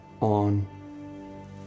on